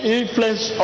influence